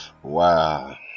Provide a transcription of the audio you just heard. Wow